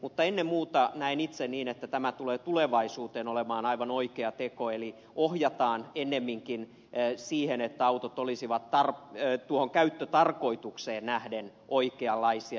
mutta ennen muuta näen asian itse niin että tämä tulee tulevaisuudessa olemaan aivan oikea teko eli ohjataan kulutusta ennemminkin siihen että autot olisivat käyttötarkoitukseensa nähden oikeanlaisia